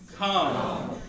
Come